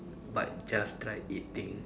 but just try it thing